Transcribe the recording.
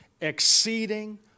exceeding